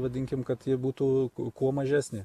vadinkim kad ji būtų kuo mažesnė